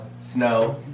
Snow